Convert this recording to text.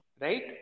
Right